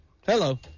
Hello